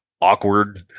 awkward